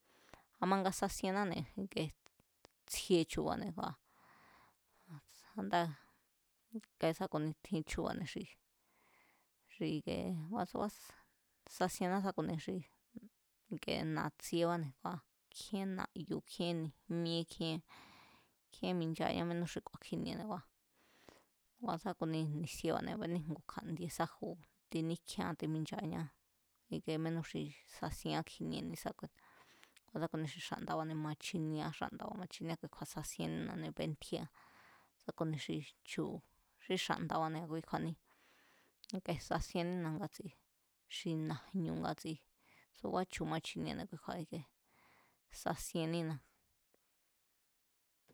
A̱ manga sasienáne̱, tsjie chu̱ba̱ne̱ kua̱ a̱ndaa̱ ke sa ku̱ni chu̱ba̱ne̱ xi ikie sasinná sá ku̱ni xi ikee na̱tsiebáne̱ kua̱ kjíén na̱yu̱ kjíen ni̱jmíe kjíen, kjíen michañá mínú xi ku̱a̱ kjiniene̱ kua̱, ngua̱ sa ku̱ni ni̱sieba̱ne̱ a̱béní ngu kja̱ndie sáju tiníkjíéán timinchaña mínú xi sasienrá kjinie ni̱ísákuine̱, a̱nda sá ku̱ni xi xa̱nda̱ba̱ne̱ ma chiniea xánda̱ba̱ ma chinieá kui kju̱a̱ sasinínané bentjíéa. Sá ku̱ni xi chu̱, xi xa̱nda̱ba̱ne̱ ki kju̱a̱ni sasiennína ngatsi xi na̱jñu̱ ngatsi subá chu̱ machiniene̱ kui kju̱a̱ sasiennína.